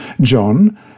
John